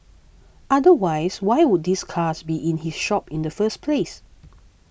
otherwise why would these cars be in his shop in the first place